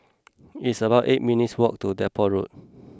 it's about eight minutes' walk to Depot Road